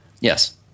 Yes